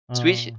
switch